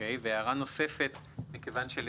כבוד יו"ר